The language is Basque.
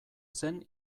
zen